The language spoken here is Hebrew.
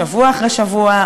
שבוע אחרי שבוע,